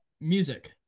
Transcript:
music